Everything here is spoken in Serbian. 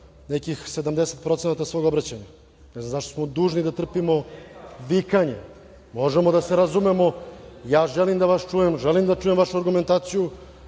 nekih 70% svog obraćanja. Ne znam zašto smo dužni da trpimo vikanje. Možemo da se razumemo. Ja želim da vas čujem, želim da čujem vašu argumentaciju,